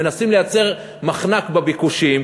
מנסים לייצר מחנק בביקושים,